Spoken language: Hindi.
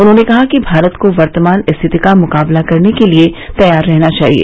उन्होंने कहा कि भारत को वर्तमान स्थिति का मुकाबला करने के लिए तैयार रहना चाहिए